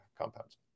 compounds